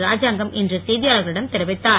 ராஜாங்கம் இன்று செய்தியாளர்களிடம் தெரிவித்தார்